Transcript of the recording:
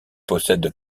possède